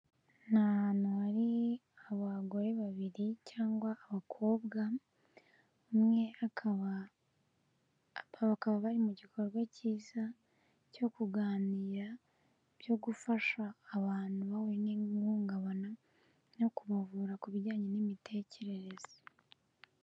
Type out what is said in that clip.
Ni hantu hari abagore babiri cyangwa abakobwa, umwe bakaba bari mu gikorwa cyiza cyo kuganira byo gufasha abantu bahuye n'ihungabana no kubavura ku bijyanye n'imitekerereze.